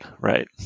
right